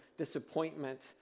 disappointment